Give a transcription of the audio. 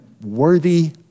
worthy